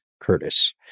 Curtis